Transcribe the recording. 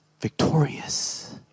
victorious